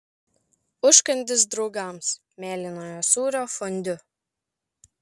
užkandis draugams mėlynojo sūrio fondiu